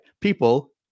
people